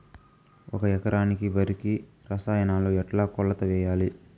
ఒక ఎకరా వరికి రసాయనాలు ఎట్లా కొలత వేయాలి?